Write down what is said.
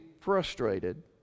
frustrated